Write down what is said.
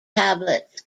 tablets